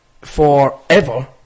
forever